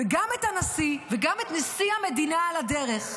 וגם את הנשיא, וגם את נשיא המדינה על הדרך.